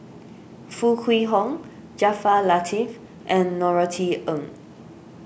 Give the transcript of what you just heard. Foo Kwee Horng Jaafar Latiff and Norothy Ng